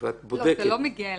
ואת בודקת -- לא, זה לא מגיע אליי.